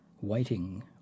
Waiting